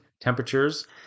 temperatures